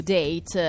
date